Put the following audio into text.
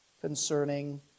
concerning